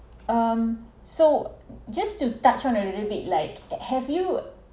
um so just to touch on a little bit like that have you